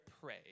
pray